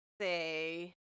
say